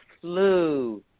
flew